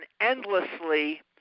endlessly